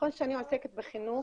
שאני עוסקת בחינוך,